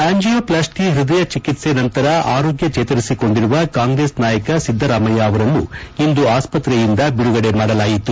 angioplasty ಹೃದಯ ಚಿಕಿತ್ಸೆ ನಂತರ ಆರೋಗ್ಯ ಚೇತರಿಸಿಕೊಂಡಿರುವ ಕಾಂಗ್ರೆಸ್ ನಾಯಕ ಸಿದ್ದರಾಮಯ್ಯ ಅವರನ್ನು ಇಂದು ಆಸ್ಪತ್ರೆಯಿಂದ ಬಿಡುಗಡೆ ಮಾಡಲಾಯಿತು